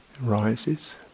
rises